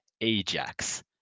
Ajax